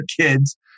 kids